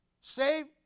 save